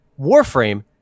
warframe